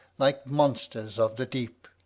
like monsters of the deep.